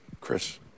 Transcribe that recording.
Chris